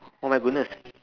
oh my goodness